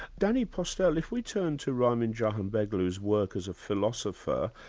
danny postel, if we turn to ramin jahanbegloo's work as a philosopher.